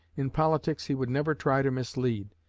in politics he would never try to mislead.